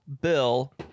Bill